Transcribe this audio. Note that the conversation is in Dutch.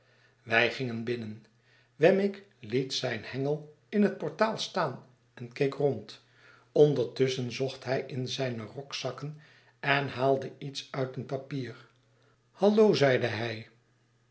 wij gingen binnen wemmick liet zijn hengel in het portaal staan en keek rond ondertusschen zocht hij in zijne rokzakken en haalde iets uit een papier hallo i zeide hij